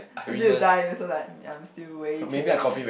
until you die you still like um I'm still waiting